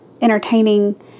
entertaining